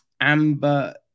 Amber